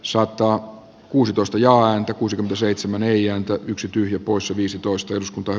ssa klo kuusitoista ja anke kuusikymmentäseitsemän eli onko yksi tyhjä poissa viisitoista jos kuntoa